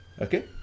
Okay